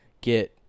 get